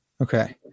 okay